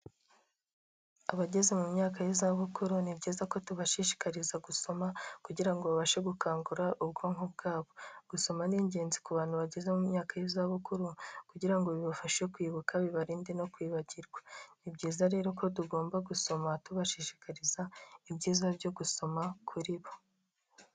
Abageze mu myaka y'izabukuru ni byiza ko tubashishikariza gusoma, kugira ngo babashe gukangura ubwonko bwabo, gusoma ni ingenzi ku bantu bageze mu myaka y'izabukuru, kugira ngo bibashe kwibuka bibarinde no kwibagirwa, ni byiza rero ko tugomba gusoma, tubashishikariza ibyiza byo gusoma kuri bo.